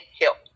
help